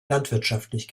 landwirtschaftlich